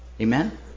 amen